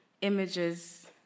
images